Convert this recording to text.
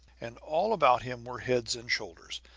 and all about him were heads and shoulders,